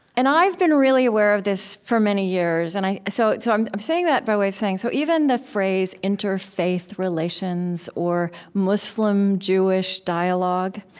and i've been really aware of this for many years, and so so i'm i'm saying that by way of saying so even the phrase interfaith relations, or muslim-jewish dialogue